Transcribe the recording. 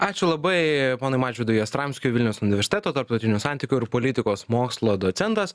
ačiū labai ponui mažvydu jastramskiui vilniaus universiteto tarptautinių santykių ir politikos mokslų docentas